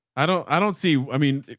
i don't, i don't see. i mean,